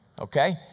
okay